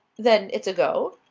then it's a go?